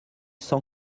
cent